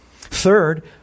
Third